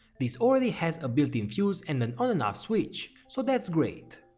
this already has a built-in fuse and an on and off switch so that's great.